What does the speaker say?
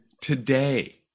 today